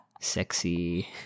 sexy